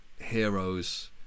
heroes